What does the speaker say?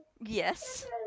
yes